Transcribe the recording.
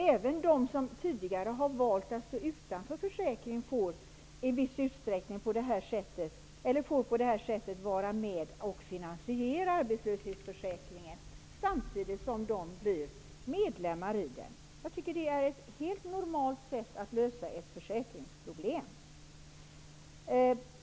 Även de som tidigare har valt att stå utanför försäkringen får på det här sättet vara med om att finansiera arbetslöshetsförsäkringen samtidigt som de blir medlemmar i den. Jag tycker att det är ett helt normalt sätt att lösa ett försäkringsproblem.